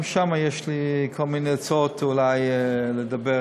גם שם יש לי כל מיני הצעות, אולי, לדבר